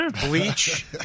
bleach